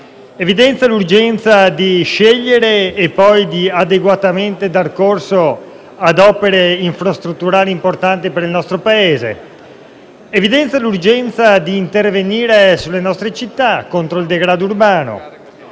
evidenzia un'urgenza, quella di scegliere e poi adeguatamente dar corso ad opere infrastrutturali importanti per il nostro Paese; evidenzia anche l'urgenza di intervenire sulle nostre città contro il degrado urbano,